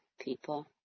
people